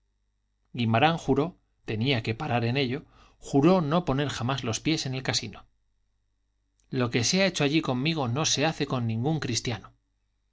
corazón guimarán juró tenía que parar en ello juró no poner jamás los pies en el casino lo que se ha hecho allí conmigo no se hace con ningún cristiano